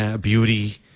beauty